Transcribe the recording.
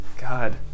god